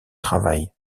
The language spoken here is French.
travail